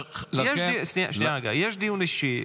יש דיון אישי,